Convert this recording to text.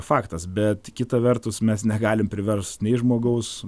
faktas bet kita vertus mes negalim priverst nei žmogaus